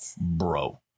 bro